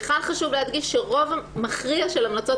כאן חשוב להדגיש שרוב מכריע של המלצות